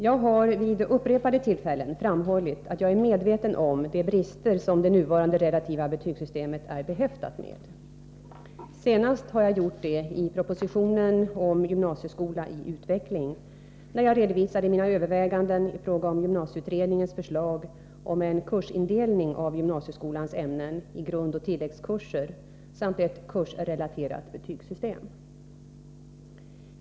Jag har vid upprepade tillfällen framhållit att jag är medveten om de brister som det nuvarande relativa betygssystemet är behäftat med. Senast har jag gjort det i propositionen 1983/84:116 om gymnasieskola i utveckling, när jag redovisade mina överväganden i fråga om gymnasieutredningens förslag om en kursindelning av gymnasieskolans ämnen i grundoch tilläggskurser samt ett kursrelaterat betygssystem.